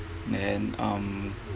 then um